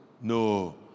No